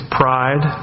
pride